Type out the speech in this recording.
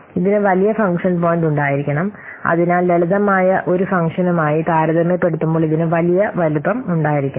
ഇതിന് വലിയ function point ഉണ്ടായിരിക്കണം അതിനാൽ ലളിതമായ ഒരു ഫംഗ്ഷനുമായി താരതമ്യപ്പെടുത്തുമ്പോൾ ഇതിന് വലിയ വലുപ്പം ഉണ്ടായിരിക്കണം